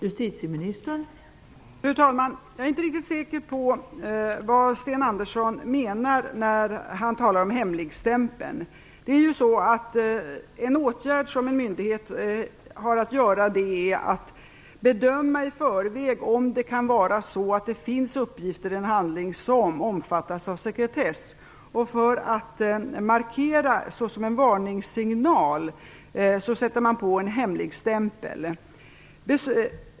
Fru talman! Jag är inte riktigt säker på vad Sten Andersson menar när han talar om hemligstämpeln. En åtgärd som en myndighet har att göra är att i förväg bedöma om det kan finnas uppgifter i en handling som omfattas av sekretess. För att markera, som en varningssignal, sätter man en hemligstämpel på handlingen.